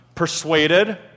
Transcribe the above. persuaded